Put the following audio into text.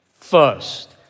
first